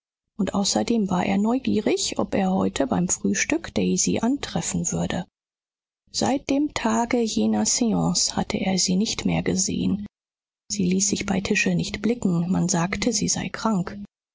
und außerdem war er neugierig ob er heute beim frühstück daisy antreffen würde seit dem tage jener seance hatte er sie nicht mehr gesehen sie ließ sich bei tische nicht blicken man sagte sie sei krank